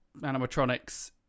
animatronics